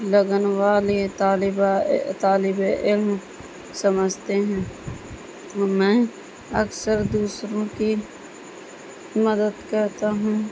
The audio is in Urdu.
لگن والے طالبہ طالب علم سمجھتے ہیں میں اکثر دوسروں کی مدد کرتا ہوں